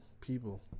people